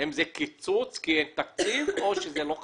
האם זה קיצוץ כי אין תקציב או שזה לא חשוב,